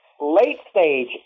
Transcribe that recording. late-stage